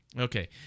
Okay